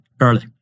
early